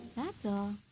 that's all!